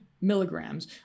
milligrams